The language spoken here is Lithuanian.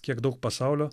kiek daug pasaulio